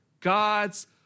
God's